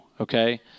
okay